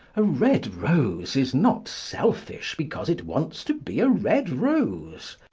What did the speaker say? a red rose is not selfish because it wants to be a red rose.